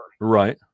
Right